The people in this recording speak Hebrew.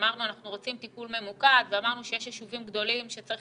אמרנו שאנחנו רוצים טיפול ממוקד ואמרנו שיש יישובים גדולים שצריך